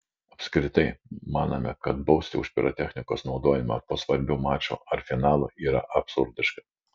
apskritai manome kad bausti už pirotechnikos naudojimą po svarbių mačų ar finalų yra absurdiška